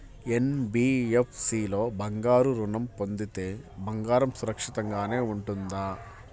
NBFC లో బంగారు ఋణం పొందితే బంగారం సురక్షితంగానే ఉంటుందా?